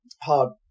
Hard